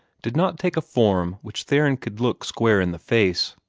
did not take a form which theron could look square in the face.